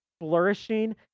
flourishing